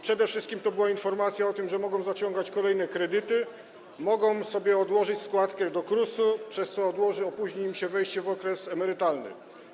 Przede wszystkim to była informacja o tym, że mogą zaciągać kolejne kredyty, mogą sobie odłożyć składkę do KRUS-u, przez co odłoży, opóźni im się wejście w okres emerytalny.